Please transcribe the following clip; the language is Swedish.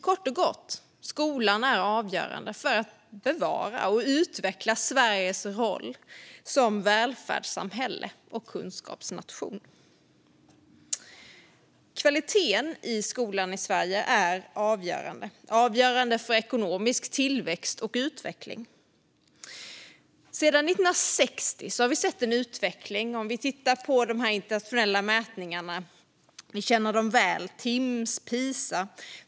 Skolan är kort och gott avgörande för att bevara och utveckla Sveriges roll som välfärdssamhälle och kunskapsnation. Kvaliteten i skolan i Sverige är avgörande för ekonomisk tillväxt och utveckling. Sedan 1960 har vi sett en utveckling i de internationella mätningarna - vi känner dem väl, Timss och Pisa.